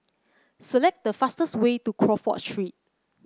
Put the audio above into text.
select the fastest way to Crawford Street